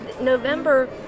November